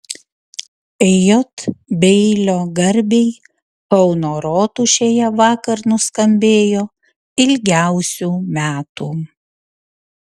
j beilio garbei kauno rotušėje vakar nuskambėjo ilgiausių metų